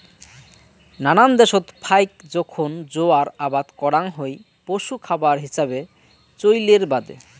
নানান দ্যাশত ফাইক জোখন জোয়ার আবাদ করাং হই পশু খাবার হিছাবে চইলের বাদে